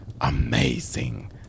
Amazing